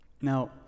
Now